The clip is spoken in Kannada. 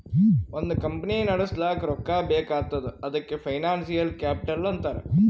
ಒಂದ್ ಕಂಪನಿ ನಡುಸ್ಲಾಕ್ ರೊಕ್ಕಾ ಬೇಕ್ ಆತ್ತುದ್ ಅದಕೆ ಫೈನಾನ್ಸಿಯಲ್ ಕ್ಯಾಪಿಟಲ್ ಅಂತಾರ್